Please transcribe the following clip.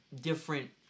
different